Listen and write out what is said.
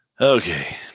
Okay